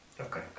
Okay